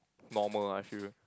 normal I feel